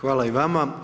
Hvala i vama.